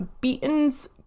Beaton's